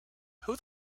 who